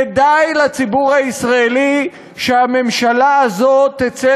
כדאי לציבור הישראלי שהממשלה הזאת תצא